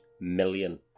million